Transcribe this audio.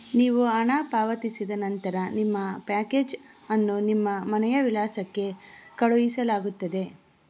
ನೀವು ಹಣ ಪಾವತಿಸಿದ ನಂತರ ನಿಮ್ಮ ಪ್ಯಾಕೇಜನ್ನು ನಿಮ್ಮ ಮನೆಯ ವಿಳಾಸಕ್ಕೆ ಕಳುಹಿಸಲಾಗುತ್ತದೆ